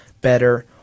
Better